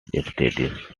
studies